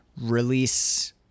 Release